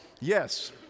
yes